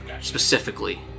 Specifically